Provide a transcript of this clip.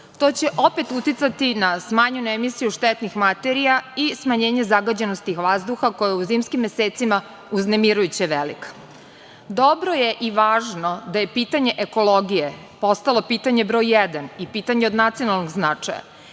To će opet uticati na smanjenu emisiju štetnih gasova i smanjenje zagađenosti vazduha koje u zimskim mesecima uznemirujuće velik. Dobro je i važno da je pitanje ekologije postalo pitanje broj jedan i pitanje od nacionalnog značaja